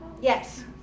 Yes